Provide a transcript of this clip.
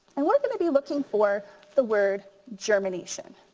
and we're gonna be looking for the word germination.